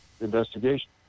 investigation